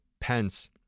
Pence